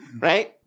right